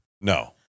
No